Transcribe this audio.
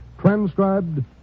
transcribed